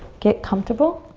get comfortable.